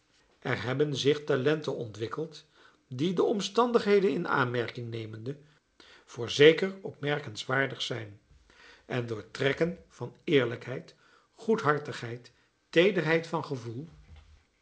er hebben zich talenten ontwikkeld die de omstandigheden in aanmerking nemende voorzeker opmerkenswaardig zijn en door trekken van eerlijkheid goedhartigheid teederheid van gevoel